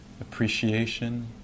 appreciation